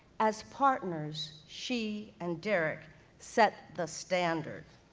as partners, she and derrick set the standard.